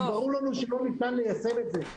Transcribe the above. כי עם בידוד ברור לנו שלא ניתן ליישם את זה,